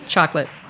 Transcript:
Chocolate